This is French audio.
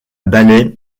balai